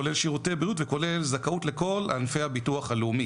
כולל שירותי בריאות וכולל זכאות לכל ענפי הביטוח הלאומי.